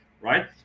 right